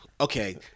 okay